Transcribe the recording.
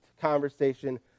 conversation